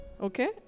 okay